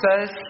says